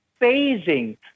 phasing